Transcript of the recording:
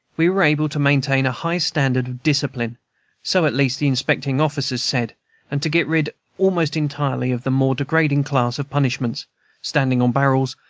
we were able to maintain a high standard of discipline so, at least, the inspecting officers said and to get rid, almost entirely, of the more degrading class of punishments standing on barrels,